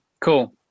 cool